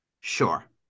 sure